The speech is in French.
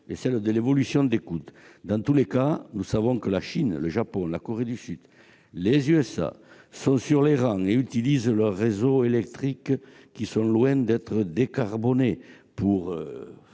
celle de l'évolution des coûts. Dans tous les cas, nous savons que la Chine, le Japon, la Corée du Sud et les États-Unis sont sur les rangs et utilisent leurs réseaux électriques, qui sont loin d'être décarbonés, pour